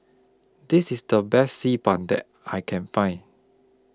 This IS The Best Xi Ban that I Can Find